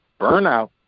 burnout